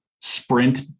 sprint